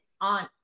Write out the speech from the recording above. on